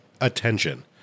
attention